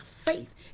faith